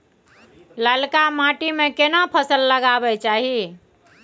ललका माटी में केना फसल लगाबै चाही?